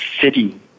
city